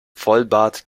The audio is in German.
vollbart